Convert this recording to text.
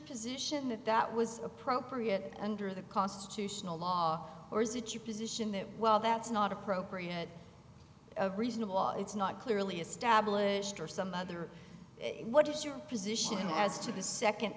position that that was appropriate under the constitutional law or is it your position that well that's not appropriate of reasonable law it's not clearly established or some other what is your position as to the second